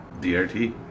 DRT